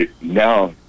Now